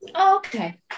Okay